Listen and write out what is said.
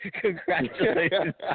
Congratulations